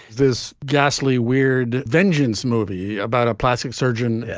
this ghastly, weird vengence movie about a plastic surgeon,